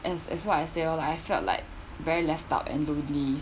as as what I say oh like I felt like very left out and lonely